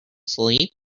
sleep